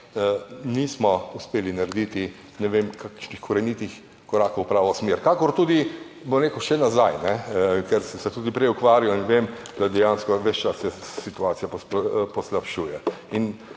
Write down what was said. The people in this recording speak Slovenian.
nismo uspeli narediti ne vem kakšnih korenitih korakov v pravo smer. Kakor tudi še nazaj, ker sem se tudi prej ukvarjal in vem, da se dejansko ves čas situacija poslabšuje.